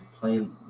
playing